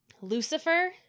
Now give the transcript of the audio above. Lucifer